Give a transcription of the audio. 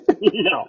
No